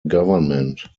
government